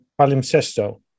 Palimpsesto